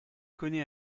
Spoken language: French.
connaît